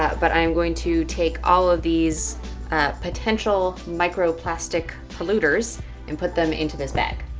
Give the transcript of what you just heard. ah but i'm going to take all of these potential microplastic polluters and put them into this bag.